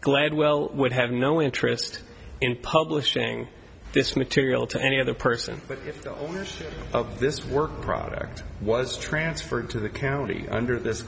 gladwell would have no interest in publishing this material to any other person but if the owners of this work product was transferred to the county under this